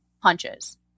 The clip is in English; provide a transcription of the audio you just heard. punches